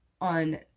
on